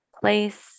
place